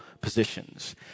positions